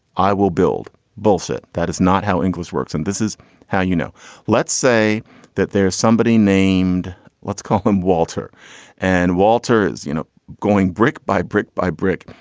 i will build bullshit that is not how english works and this is how you know let's say that there's somebody named let's call him walter and walter's, you know, going brick by brick by brick.